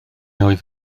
oedd